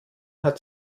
hat